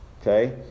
okay